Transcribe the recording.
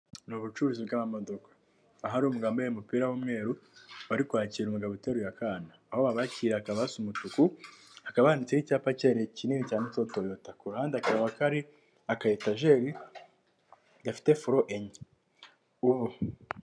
Ni ubucuruzi bw'amamodokaka ahari wambaye umupira w'umweru barikwakira umugabo uteruye akana, aho babakira hakaba hasa umutuku hakababa handitseho icyapa kinini cyanditseho Toyota ku ruhande hakaba hari akayetajeri gafite foro enye.